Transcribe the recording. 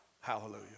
Hallelujah